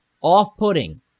off-putting